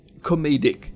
comedic